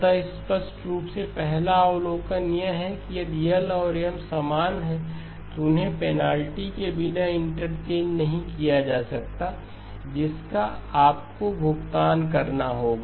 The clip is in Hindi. अतः स्पष्ट रूप से पहला अवलोकन यह है कि यदि L और M समान हैं तो उन्हें उस पेनाल्टी के बिना इंटरचेंज नहीं किया जा सकता है जिसका आपको भुगतान करना होगा